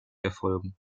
erfolgen